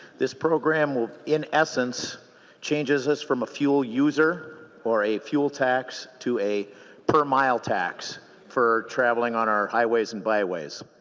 this program was in essence changes us from a fuel user or fuel tax to a per mile tax for traveling on our highways and byways.